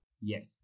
Yes